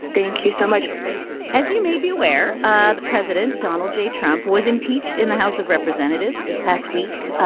thank you so much as you may be aware, ah the president, donald j. trump, was impeached in the house of representatives this past week,